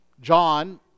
John